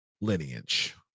lineage